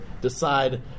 decide